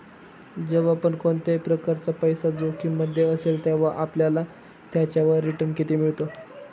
जेव्हा पण कोणत्याही प्रकारचा पैसा जोखिम मध्ये असेल, तेव्हा आपल्याला त्याच्यावर रिटन किती मिळतो?